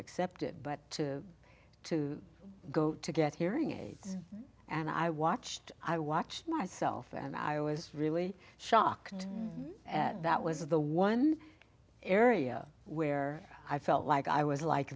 accept it but to to go to get hearing aids and i watched i watched myself and i was really shocked at that was the one area where i felt like i was like